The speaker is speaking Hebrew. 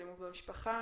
אלימות במשפחה?